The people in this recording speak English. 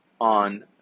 on